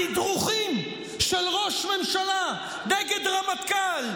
התדרוכים של ראש ממשלה נגד רמטכ"ל,